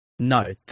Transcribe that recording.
No